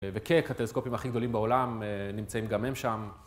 וכן, אחד הטלסקופים הכי גדולים בעולם נמצאים גם הם שם